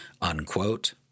unquote